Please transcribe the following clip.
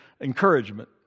encouragement